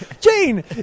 Jane